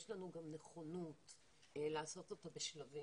יש לנו גם נכונות לעשות אותה בשלבים,